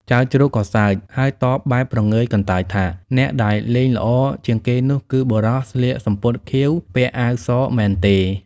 ចៅជ្រូកក៏សើច ហើយតបបែបព្រងើយកន្តើយថា អ្នកដែលលេងល្អជាងគេនោះ គឺបុរសស្លៀកសំពត់ខៀវ ពាក់អាវស មែនទេ?